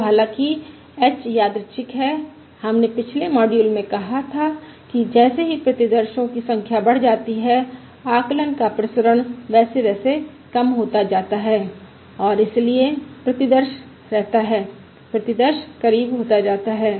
तो हालांकि h यादृच्छिक है हमने पिछले मॉड्यूल में कहा था कि जैसे ही प्रतिदर्शो की संख्या बढ़ जाती है आकलन का प्रसरण वैसे वैसे कम होता जाता है और इसलिए प्रतिदर्श रहता है प्रतिदर्श करीब होता जाता है